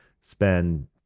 spend